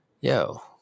Yo